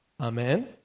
Amen